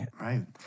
Right